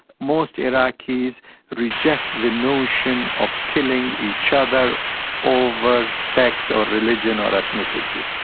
most iraqis reject the notion of killing each other over sect or religion or ethnicity.